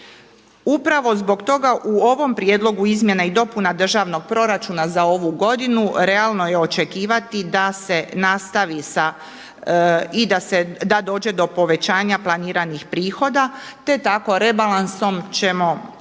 Upravo zbog toga u ovom prijedlogu izmjena i dopuna državnog proračuna za ovu godinu realno je očekivati da se nastavi sa i da dođe do povećanja planiranih prihoda, te tako rebalansom ćemo planirati